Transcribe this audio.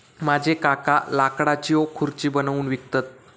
माझे काका लाकडाच्यो खुर्ची बनवून विकतत